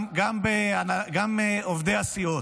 גם עובדי הסיעות.